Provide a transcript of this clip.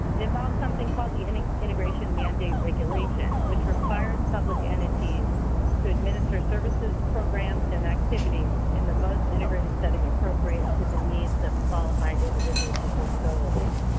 involves something called the and integration mandate regulation which requires public entities to administer services programs and activity in the most integrated setting appropriate to the needs of qualified individuals with disabilities.